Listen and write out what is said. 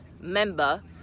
member